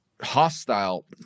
hostile